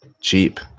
cheap